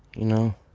you know?